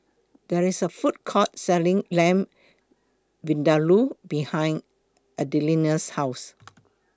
There IS A Food Court Selling Lamb Vindaloo behind Adelina's House